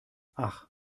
ach